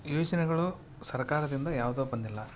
ಯೋಜನೆಗಳು ಸರಕಾರದಿಂದ ಯಾವುದು ಬಂದಿಲ್ಲ